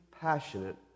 passionate